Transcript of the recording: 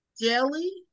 Jelly